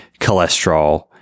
cholesterol –